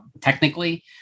technically